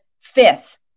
Fifth